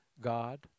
God